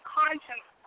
conscience